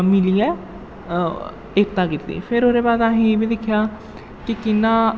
मिलियै एकता कीती फिर ओह्दे बाद असें एह् बी दिक्खेआ कि कि'यां